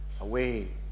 away